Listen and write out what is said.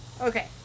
Okay